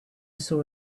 saw